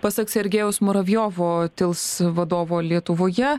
pasak sergejaus muravjovo tils vadovo lietuvoje